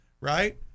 right